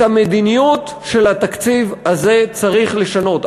את המדיניות של התקציב הזה צריך לשנות.